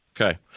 Okay